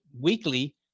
weekly